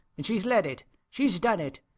and she's let it. she's done it.